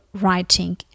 writing